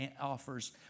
offers